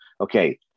okay